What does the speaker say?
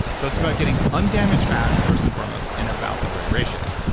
so it's about getting undamaged fat, first and foremost and about the right ratios.